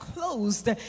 closed